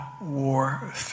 War